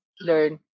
learn